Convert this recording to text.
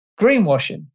greenwashing